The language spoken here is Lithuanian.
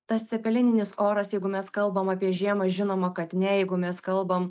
tas cepelininis oras jeigu mes kalbam apie žiemą žinoma kad ne jeigu mes kalbam